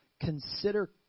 consider